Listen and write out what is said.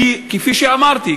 כפי שאמרתי,